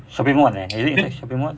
shopping mall eh is it like shopping mall